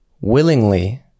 willingly